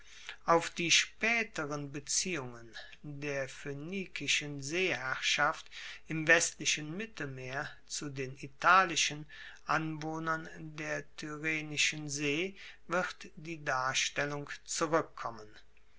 auf die spaeteren beziehungen der phoenikischen seeherrschaft im westlichen mittelmeer zu den italischen anwohnern der tyrrhenischen see wird die darstellung zurueckkommen